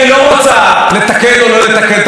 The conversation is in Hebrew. היא רוצה שנעמוד פה והיא תוכל אחר כך